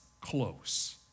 close